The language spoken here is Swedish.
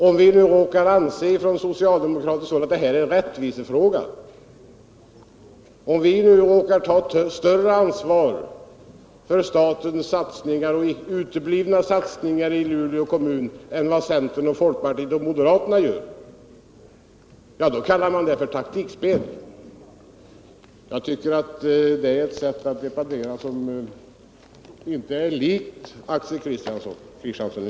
Om vi från socialdemokratiskt håll råkar anse att det här är en rättvisefråga och om vi nu råkar ta större ansvar för statens uteblivna satsningar i Luleå kommun än vad centern, folkpartiet och moderaterna gör — då kallar man det för taktikspel. Det är ett sätt att debattera som inte är likt Axel Kristiansson.